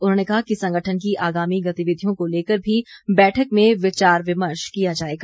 उन्होंने कहा कि संगठन की आगामी गतिविधियों को लेकर भी बैठक में विचार विमर्श किया जाएगा